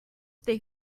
they